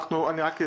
אני רק אשלים.